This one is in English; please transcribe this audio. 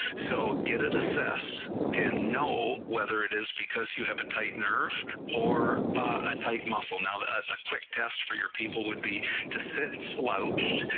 so get it assessed, and know whether it is because you have a tight nerve, or a tight muscle, now a a quick test for your people would be to sit slouched,